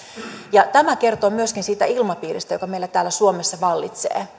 ja tämä kertoo myöskin siitä ilmapiiristä joka meillä täällä suomessa vallitsee